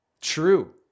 True